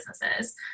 businesses